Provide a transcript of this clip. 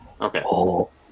Okay